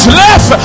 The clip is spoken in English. left